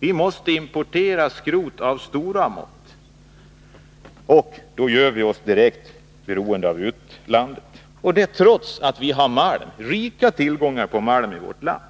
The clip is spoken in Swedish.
Vi måste importera skrot i stor omfattning, och då gör vi oss direkt beroende av utlandet. Detta sker trots att vi har rika tillgångar på malm i vårt land.